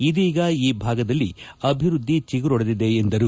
ಇದೀಗ ಈ ಭಾಗದಲ್ಲಿ ಅಭಿವೃದ್ಧಿ ಚಿಗುರೊಡೆದಿದೆ ಎಂದರು